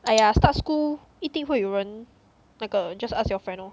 !aiya! start school 一定会有人那个 just ask your friend lor